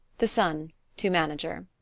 the son to manager.